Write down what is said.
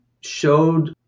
showed